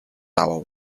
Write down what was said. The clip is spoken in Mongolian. авав